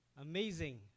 Amazing